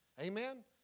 Amen